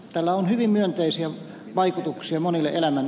tällä on hyvin myönteisiä vaikutuksia monille elämän